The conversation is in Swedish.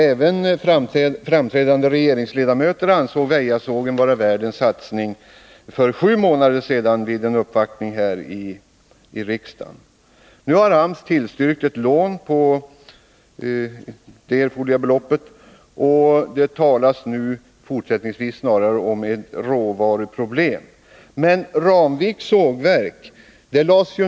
Även framstående regeringsledamöter ansåg vid en uppvaktning här i riksdagen för sju månader sedan Väjasågen vara värd en satsning. Nu har AMS tillstyrkt ett lån på det erforderliga beloppet, och de problem som kan finnas för framtiden beskrivs i diskussionen närmast som beroende av råvarutillgången.